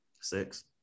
Six